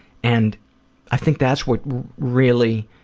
and i think that's what really